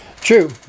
True